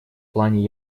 плане